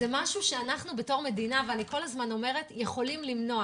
זה משהו שאנחנו בתור מדינה יכולים למנוע.